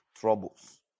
troubles